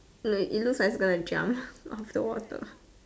like it looks like it's going to jump out of the water